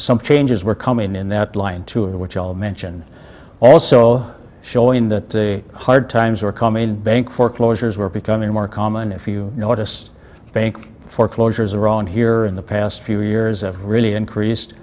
some changes were coming in that line to it which i'll mention also showing that the hard times were coming bank foreclosures were becoming more common if you notice bank foreclosures are on here in the past few years have really increased